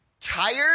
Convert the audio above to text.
Tired